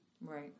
Right